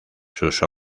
sus